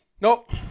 Nope